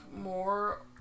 more